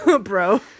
bro